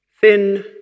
Thin